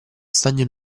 stagno